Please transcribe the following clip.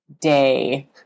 day